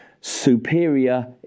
superior